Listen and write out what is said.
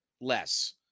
less